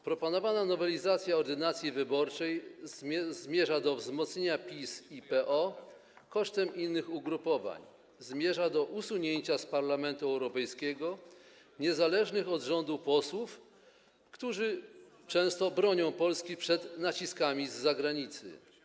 Proponowana nowelizacja ordynacji wyborczej zmierza do wzmocnienia PiS i PO kosztem innych ugrupowań, zmierza do usunięcia z Parlamentu Europejskiego niezależnych od rządu posłów, którzy często bronią Polski przed naciskami z zagranicy.